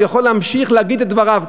יכול להמשיך להגיד את דבריו.